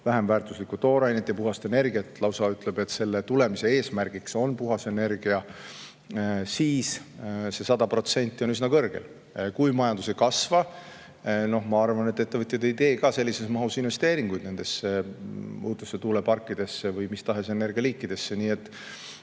vähem väärtuslikku toorainet ja puhast energiat, lausa ütleb, et selle tulemise eesmärgiks on puhas energia, siis see 100% on üsna kõrge. Kui majandus ei kasva, siis ma arvan, et ettevõtjad ei tee ka sellises mahus investeeringuid nendesse uutesse tuuleparkidesse või mis tahes energialiikidesse. Selles